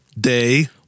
day